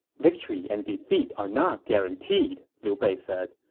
victory and defeat are not guaranteed, liu bei said.